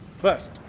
First